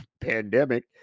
pandemic